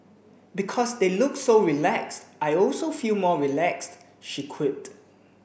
because they look so relaxed I also feel more relaxed she quipped